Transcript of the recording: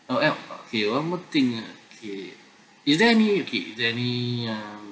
oh uh okay one more thing ah okay is there any okay is there any uh